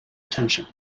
attention